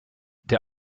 der